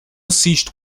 assisto